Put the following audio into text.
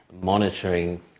monitoring